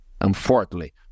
unfortunately